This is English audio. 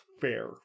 fair